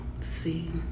see